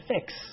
fix